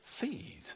Feed